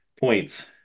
points